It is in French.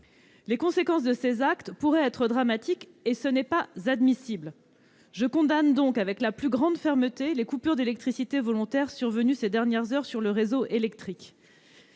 Les conséquences de ces actes pourraient être dramatiques. Ce n'est pas admissible. Je condamne donc avec la plus grande fermeté les coupures d'électricité volontaires survenues ces dernières heures sur le réseau électrique.